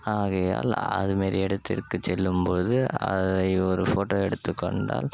ஆகையால் அது மாரி இடத்திற்குச் செல்லும் போது அதை ஒரு ஃபோட்டோ எடுத்துக் கொண்டால்